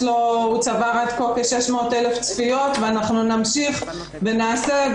הוא צבר עד כה כ-600,000 צפיות ואנחנו נמשיך ונעשה.